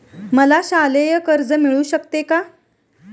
मला शालेय कर्ज मिळू शकते का?